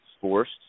forced